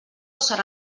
serà